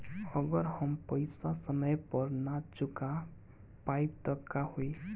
अगर हम पेईसा समय पर ना चुका पाईब त का होई?